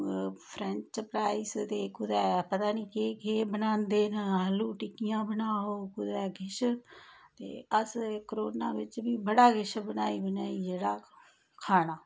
ओह् French fries ते कुते पता नी केह् केह् बनांदे न आलू टिक्कियां बनाओ कुते केश ते अस्स ते कोरोना बेच्च बी बड़ा केश बनाई बनाइये जेह्ड़ा खाना